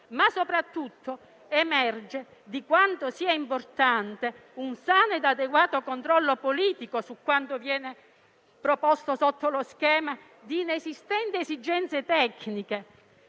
Soprattutto però emerge quanto sia importante un sano ed adeguato controllo politico su quanto viene proposto sotto lo schema di inesistenti esigenze tecniche